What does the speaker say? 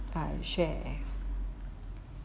I share